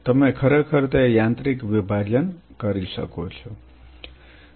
તમે ખરેખર તે યાંત્રિક વિભાજન કરી શકો છો